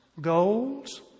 goals